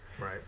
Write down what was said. Right